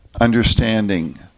understanding